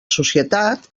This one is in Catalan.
societat